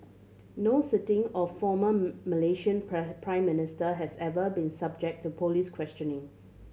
no sitting or former Malaysian Prime Minister has ever been subject to police questioning